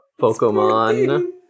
pokemon